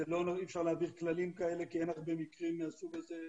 אי אפשר להעביר כללים כאלה כי אין הרבה מקרים מהסוג הזה.